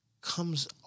comes